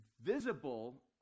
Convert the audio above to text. visible